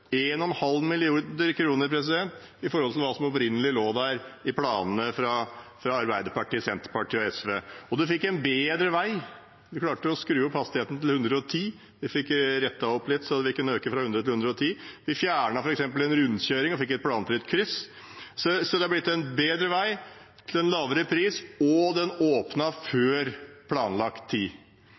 i forhold til hva som opprinnelig lå i planene fra Arbeiderpartiet, Senterpartiet og SV. En fikk en bedre vei. Vi klarte å skru opp hastigheten til 110 km/t. Vi rettet den opp litt, slik at vi kunne øke fra 100 til 110 km/t. Vi fjernet f.eks. en rundkjøring og fikk et planfritt kryss. Så det er blitt en bedre vei til en lavere pris, og den åpnet før planlagt tid.